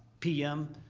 pm.